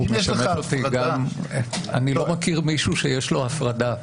אם יש לך הפרדה --- אני לא מכיר מישהו שיש לו הפרדה.